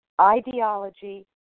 ideology